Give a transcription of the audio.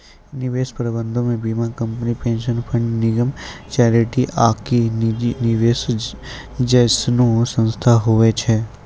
निवेश प्रबंधनो मे बीमा कंपनी, पेंशन फंड, निगम, चैरिटी आकि निजी निवेशक जैसनो संस्थान होय छै